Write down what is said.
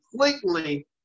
completely